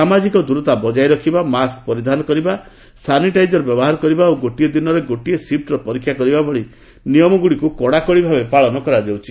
ସାମାଜିକ ଦୂରତା ବଜାୟ ରଖିବା ମାସ୍କ ପରିଧାନ କରିବା ସାନିଟାଇଜର ବ୍ୟବହାର କରିବା ଓ ଗୋଟିଏ ଦିନରେ ଗୋଟିଏ ସିଫୁର ପରୀକ୍ଷା କରିବା ଭଳି ନିୟମଗୁଡ଼ିକୁ ପାଳନ କରାଯାଉଛି